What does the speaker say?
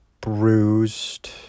bruised